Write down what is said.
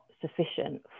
sufficient